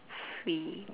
free